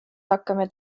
hakkame